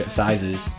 sizes